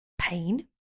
Pain